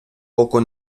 око